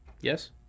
Yes